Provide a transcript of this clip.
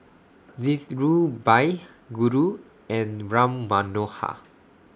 This Dhirubhai Guru and Ram Manohar